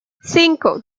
cinco